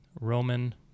Roman